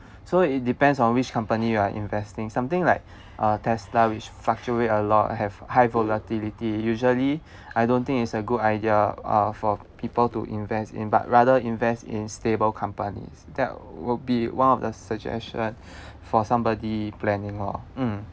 so it depends on which company you are investing something like uh tesla which fluctuate a lot have high volatility usually I don't think it's a good idea uh for people to invest in but rather invest in stable companies that will be one of the suggestion for somebody planning lor mm